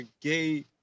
gay